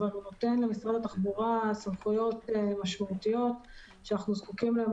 אבל הוא נותן למשרד התחבורה סמכויות משמעותיות שאנחנו זקוקים להן